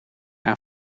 aan